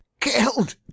Killed